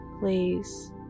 Please